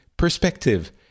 perspective